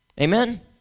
Amen